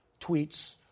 tweets